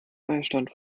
beistand